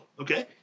Okay